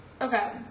Okay